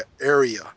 area